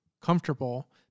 comfortable